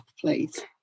please